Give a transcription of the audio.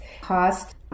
cost